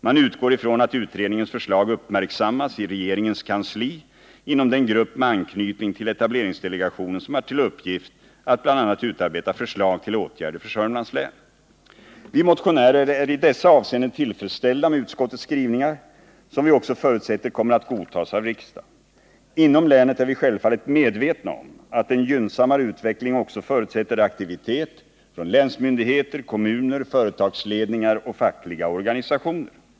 Man utgår ifrån att utredningens förslag uppmärksammas i regeringens kansli, inom den grupp med anknytning till etableringsdelegationen som har till uppgift att bl.a. utarbeta förslag till åtgärder för Sörmlands län. Vi motionärer är i dessa avseenden tillfredsställda med utskottets skrivningar, som vi också förutsätter kommer att godtas av riksdagen. Inom länet är vi självfallet medvetna om att en gynnsammare utveckling också förutsätter aktivitet från länsmyndigheter, kommuner, företagsledningar och fackliga organisationer.